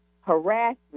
harassment